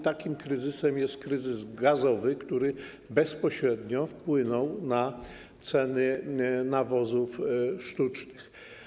Takim kryzysem jest kryzys gazowy, który bezpośrednio wpłynął na ceny nawozów sztucznych.